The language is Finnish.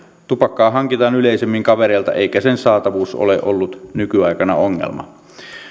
tupakkaa hankitaan yleisimmin kavereilta eikä sen saatavuus ole ollut nykyaikana ongelma